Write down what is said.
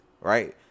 right